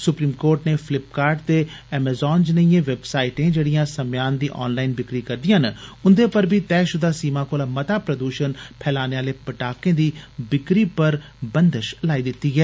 supreme court नै Flipkart ते Amazon जनेइयें वेबसाइटें जेड़ियां समेयान दी ऑनलाईन बिक्री करदियां न उन्दे पर बी तयशुदा सीमा कोला मता प्रदूषण फैलाने आले पटाखें दी बिक्री करने पर बंदश लाई दिती ऐ